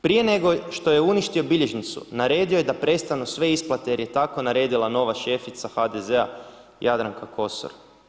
Prije nego što je uništio bilježnicu, naredio je da prestanu sve isplate, jer je tako naredila nova šefica HDZ-a Jadranka Kosor.